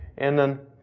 and then,